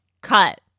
cut